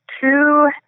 two